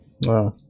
Wow